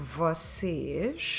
vocês